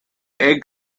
egg